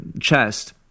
chest